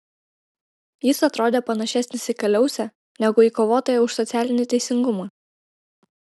jis atrodė panašesnis į kaliausę negu į kovotoją už socialinį teisingumą